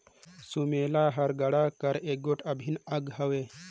सुमेला हर गाड़ा कर एगोट अभिन अग हवे